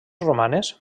romanes